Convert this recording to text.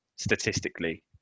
statistically